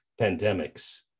pandemics